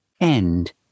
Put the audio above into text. end